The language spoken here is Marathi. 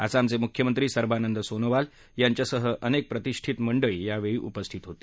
आसामचे मुख्यमंत्री सर्वानंद सोनोवाल यांच्यासह अनेक प्रतिष्ठीत यावेळी उपस्थित होते